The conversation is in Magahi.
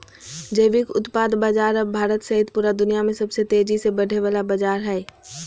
जैविक उत्पाद बाजार अब भारत सहित पूरा दुनिया में सबसे तेजी से बढ़े वला बाजार हइ